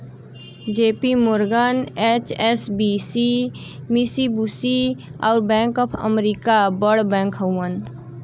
JP Morgan, HSBC, Mitsubishi, अउर bank of America बड़ bank हउवन